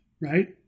right